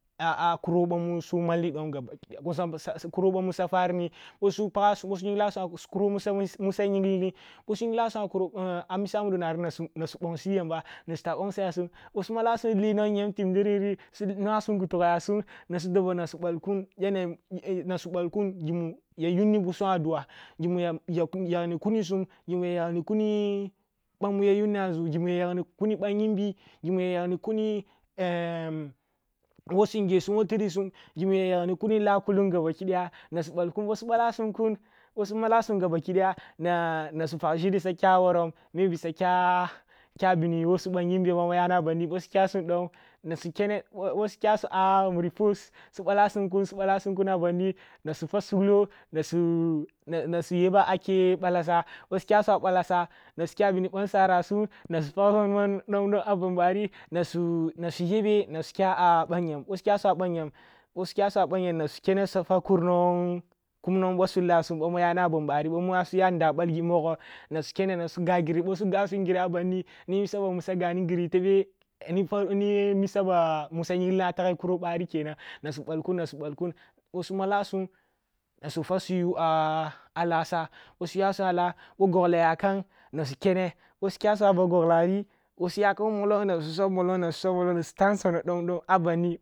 A a kuro bamu su malli dom gabaki daya, kuro bamu sya farini bosu paga, su, o su nyingla sum amisa mudo nari nasu nasu bongsi yamba, na su tah bongso yasum, ъo su mata sum lee nyem timbrim ri su nuwasum gutoboah sum, nasu dobo nasu ъall kun gimu ya yuni bisum a dua gimu ya yakni kunisum gimu ya yagni kuni ba muya yunni a nȝum, gimu ya yagni kuni ъa yimbi, gimu ya yagni kuni wo su nge sum wo su trisum gimu ya yagni kuni lah kullung gaba kidaya, na su ballkun, boh su balla sum kun ъo su malasum gabakidaya na su pag shiri sa kya worom maybe sa kya bini wo suъah yinbi bamu ya bandi ъo su kyasum dom nasu kene boh su kyasum a muri poles su balasum kun su ba la sum kun nasu fwa suglo na su yebah kye balassa bo su kyasuma balasa, na su kya bini ban sara sum, na su pag man man dom, dom a ban barl nasu yebe a ъanyam bo su kya sum a banyam sus u kene swafwa su kur nwong kum wo sus u lahsum ъamu aya ban bari, bamu a suya ndah balgi mwogwo na su kene na su gah gri a bandi ni misa bamu sya yinlini a tagi kuro bari kenan, na su balkun mbalkun boh su malar sum na sufwa su yuwa lah sa, ъo gogla ya kam na su kene a ba gogglari, ъo su yakam wo molong na su sub mollong na sutah nsono dom dom